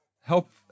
help